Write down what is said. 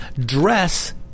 dress